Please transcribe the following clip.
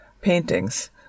paintings